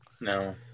No